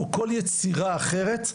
או כל יצירה אחרת,